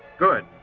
good,